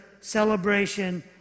celebration